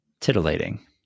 titillating